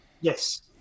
yes